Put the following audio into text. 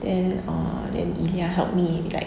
then ah then ilya helped me